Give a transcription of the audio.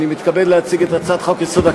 אני מתכבד להציג את הצעת חוק-יסוד: